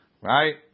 Right